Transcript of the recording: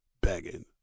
begging